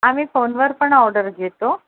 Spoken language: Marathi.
आम्ही फोनवर पण ऑर्डर घेतो